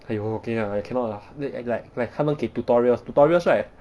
!aiyo! okay lah I cannot lah like like like 他们给 tutorials tutorials right